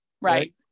Right